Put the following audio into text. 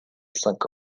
cinq